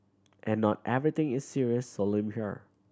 and not everything is serious solemn here